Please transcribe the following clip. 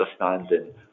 understanding